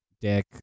dick